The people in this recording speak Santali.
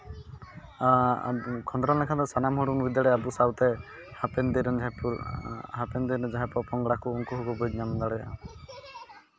ᱠᱷᱚᱸᱫᱽᱨᱚᱱ ᱞᱮᱠᱷᱟᱱ ᱫᱚ ᱥᱟᱱᱟᱢ ᱦᱚᱲ ᱵᱚᱱ ᱵᱩᱡᱽ ᱫᱟᱲᱮᱭᱟᱜᱼᱟ ᱟᱵ ᱥᱟᱶᱛᱮ ᱦᱟᱯᱮᱱ ᱫᱤᱱ ᱨᱮᱱ ᱡᱟᱦᱟᱸᱭ ᱯᱩᱨ ᱦᱟᱯᱮᱱ ᱫᱤᱱ ᱨᱮᱱ ᱡᱟᱦᱟᱸᱭ ᱯᱚᱼᱯᱚᱝᱲᱟ ᱠᱚ ᱩᱱᱠᱩ ᱦᱚᱸᱠᱚ ᱵᱩᱡᱽ ᱧᱟᱢ ᱫᱟᱲᱭᱟᱜᱼᱟ